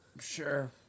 Sure